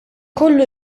kollu